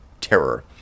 terror